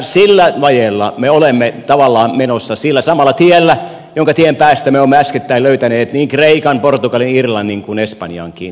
sillä vajeella me olemme tavallaan menossa sillä samalla tiellä jonka tien päästä me olemme äskettäin löytäneet niin kreikan portugalin irlannin kuin espanjankin